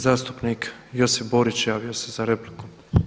Zastupnik Josip Borić javio se za repliku.